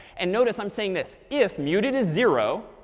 and notice, i'm saying this if muted is zero,